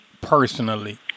personally